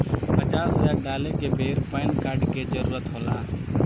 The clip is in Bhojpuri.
पचास हजार डाले के बेर पैन कार्ड के जरूरत होला का?